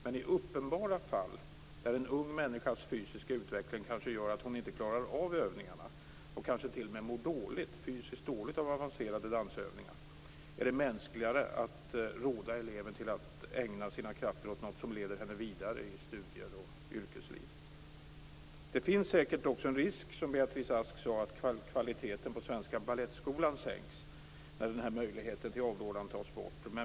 Men i uppenbara fall, där en ung människas fysiska utveckling kanske gör att hon inte klarar av övningarna - kanske mår hon t.o.m. fysiskt dåligt av avancerade dansövningar - är det mänskligare att råda eleven att ägna sina krafter åt någonting som leder honom eller henne vidare i studier och yrkesliv. Risken finns säkert också, som Beatrice Ask sade, att kvaliteten på Svenska Balettskolan sänks när den här möjligheten till avrådan tas bort.